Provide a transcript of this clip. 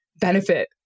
benefit